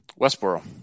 Westboro